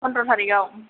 फन्द्र' थारिकआव